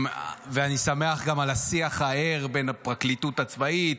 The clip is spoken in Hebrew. ואני שמח גם על השיח הער בין הפרקליטות הצבאית